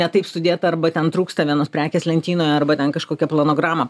ne taip sudėta arba ten trūksta vienos prekės lentynoje arba ten kažkokia plonograma